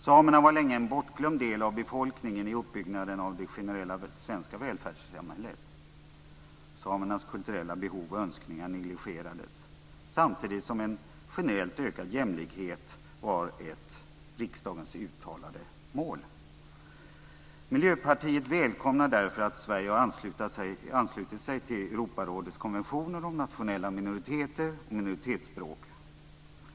Samerna var länge en bortglömd del av befolkningen i uppbyggnaden av det generella svenska välfärdssamhället. Samernas kulturella behov och önskningar negligerades samtidigt som en generellt ökad jämlikhet var ett av riksdagen uttalat mål. Miljöpartiet välkomnar därför att Sverige har anslutit sig till Europarådets konventioner om nationella minoriteter och minoritetsspråk.